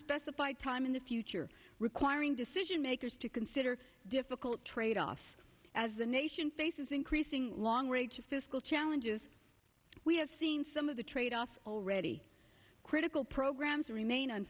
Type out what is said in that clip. unspecified time in the future requiring decision makers to consider difficult tradeoffs as the nation faces increasing long rages fiscal challenges we have seen some of the trade offs already critical programs remain